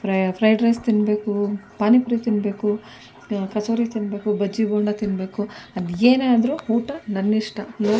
ಪ್ರ fried rice ತಿನ್ನಬೇಕು ಪಾನಿಪುರಿ ತಿನ್ನಬೇಕು ಕಚೋರಿ ತಿನ್ನಬೇಕು ಬಜ್ಜಿ ಬೋಂಡಾ ತಿನ್ನಬೇಕು ಅದೇನೇ ಆದ್ರೂ ಊಟ ನನ್ನಿಷ್ಟ